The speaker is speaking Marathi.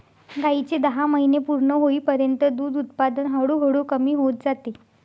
गायीचे दहा महिने पूर्ण होईपर्यंत दूध उत्पादन हळूहळू कमी होत जाते